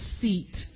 seat